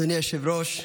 אדוני היושב-ראש,